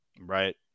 Right